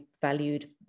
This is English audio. valued